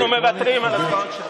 אנחנו מוותרים על הצבעות שמיות.